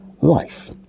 life